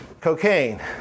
cocaine